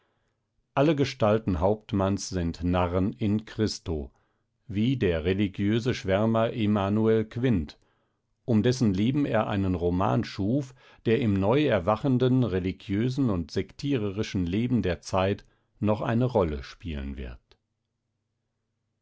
alle gestalten hauptmanns sind narren in christo wie der religiöse schwärmer emanuel quint der im neu erwachenden religiösen und sektiererischen leben der zeit noch eine rolle spielen wird